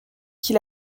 qu’il